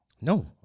no